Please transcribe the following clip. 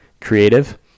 creative